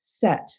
set